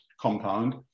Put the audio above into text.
compound